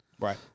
Right